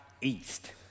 east